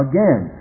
Again